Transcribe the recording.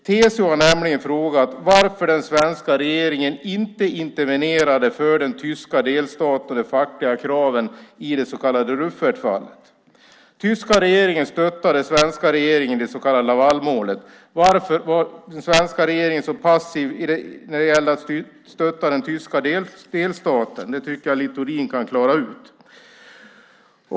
TCO har frågat varför den svenska regeringen inte intervenerade för den tyska delstaten i de fackliga kraven i det så kallade Rüffertfallet. Tyska regeringen stöttade den svenska regeringen i det så kallade Lavalmålet. Varför var den svenska regeringen så passiv när det gällde att stötta den tyska delstaten? Det kan Littorin klara ut.